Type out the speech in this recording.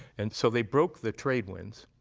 and so, they broke the trade winds,